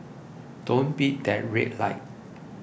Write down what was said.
don't beat that red light